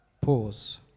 Pause